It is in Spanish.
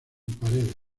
paredes